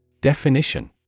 Definition